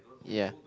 ya